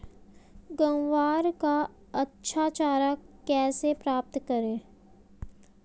ग्वार का अच्छा चारा कैसे प्राप्त करें?